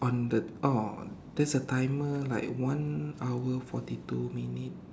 on the oh there's a timer like one hour forty two minute